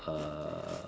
uh